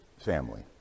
family